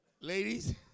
Ladies